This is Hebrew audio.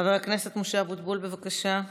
חבר הכנסת משה אבוטבול, בבקשה.